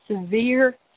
severe